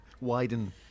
widen